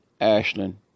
Ashland